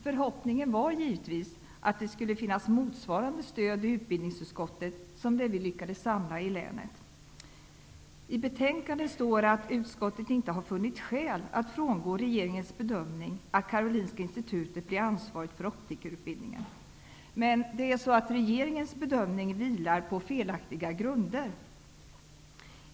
Förhoppningen var givetvis att det skulle finnas motsvarande stöd i utbildningsutskottet som det vi lyckades samla i länet. I betänkandet står att utskottet inte har funnit skäl att frångå regeringens bedömning att Karolinska institutet bör bli ansvarigt för optikerutbildningen. Men regeringens bedömning vilar på felaktiga grunder.